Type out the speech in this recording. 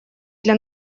для